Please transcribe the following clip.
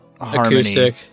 acoustic